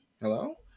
Hello